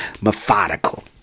methodical